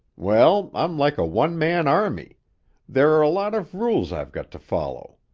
well, i'm like a one-man army there are a lot of rules i've got to follow.